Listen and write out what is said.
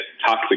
toxic